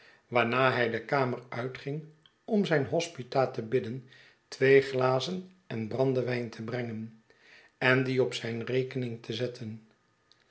waarna hij de kamer uitging om zijn hospita te bidden twee glazen en brandewijn te brengen en dien op zijn rekening te zetten